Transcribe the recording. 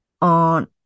on